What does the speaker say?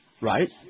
Right